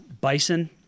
bison